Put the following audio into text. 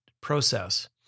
process